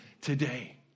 today